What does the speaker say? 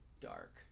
dark